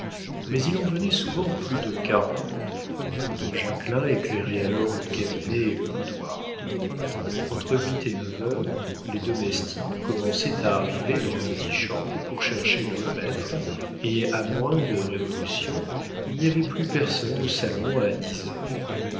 mais il en venait souvent plus de quarante jacquelin éclairait alors le cabinet et le boudoir entre huit et neuf heures les domestiques commençaient à arriver dans l'antichambre pour chercher leurs maîtres et à moins de révolutions il n'y avait plus personne au salon à dix heures